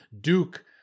Duke